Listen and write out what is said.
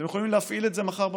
אתם יכולים להפעיל את זה מחר בבוקר.